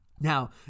Now